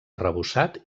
arrebossat